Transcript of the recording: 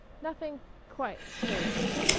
nothing quite stirs me.